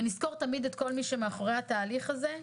נזכור תמיד את כל מי שמאחורי התהליך הזה.